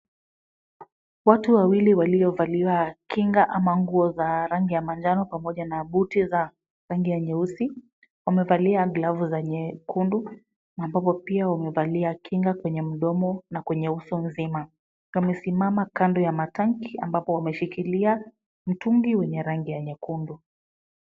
Watu wawili waliovalia kinga ama nguo za rangi ya manjano pamoja na buti za rangi ya nyeusi, wamevalia glavu za nyekundu ambapo pia wamevalia kinga kwenye mdomo na kwenye uso mzima. Wamesimama kando ya matanki ambapo wameshikilia mtungi wenye rangi ya nyekundu.